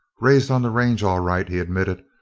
raised on the range, all right, he admitted.